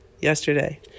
yesterday